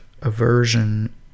aversion